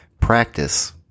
practice